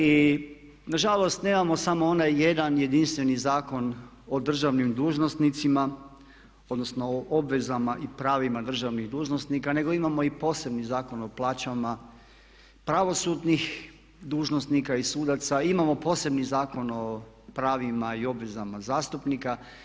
I nažalost, nemamo samo onaj jedan jedinstveni Zakon o državnim dužnosnicima odnosno o obvezama i pravima državnih dužnosnika nego imamo i posebni Zakon o plaćama pravosudnih dužnosnika i sudaca, imamo posebni Zakon o pravima i obvezama zastupnika.